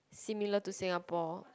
similar to Singapore